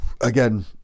again